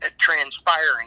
transpiring